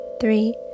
three